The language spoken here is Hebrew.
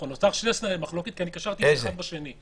נותרו שני סלעי מחלוקת כי קשרתי אותם אחד בשני.